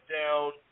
down